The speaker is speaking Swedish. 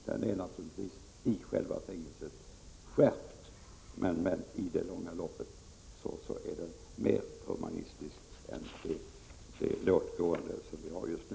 Den är naturligtvis i själva fängelset skärpt, men i det långa loppet är den mer humanitär än den låt-gå-attityd vi har just nu.